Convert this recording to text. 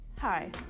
Hi